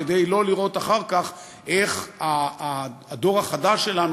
כדי לא לראות אחר כך איך הדור החדש שלנו,